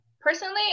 personally